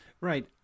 Right